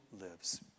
lives